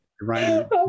Ryan